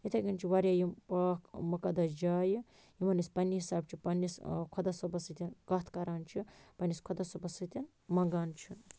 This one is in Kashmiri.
یِتھے کنۍ چھِ واریاہ یِم پاک مُقَدَس جایہِ یِمَن أسۍ پَننہ حِسابہ چھِ پَننِس خۄدا صٲبَس سۭتۍ کتھ کَران چھِ پَننِس خۄدا صٲبَس سۭتۍ مَنٛگان چھِ